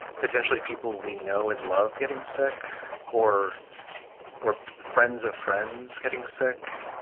potentially people we know and love, getting sick or or friends of friends getting sick,